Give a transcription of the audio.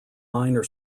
minor